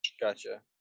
Gotcha